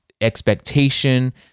expectation